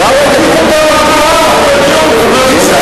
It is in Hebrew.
זה מה שאמרו פה.